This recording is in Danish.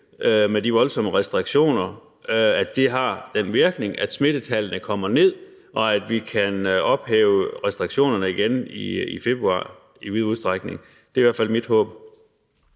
med dens voldsomme restriktioner har den virkning, at smittetallet kommer ned, og at vi i vid udstrækning kan ophæve restriktionerne igen i februar. Det er i hvert fald mit håb.